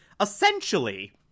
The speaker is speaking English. essentially